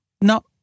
no